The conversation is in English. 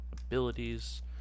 abilities